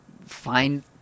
find